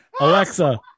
Alexa